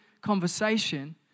conversation